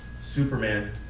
Superman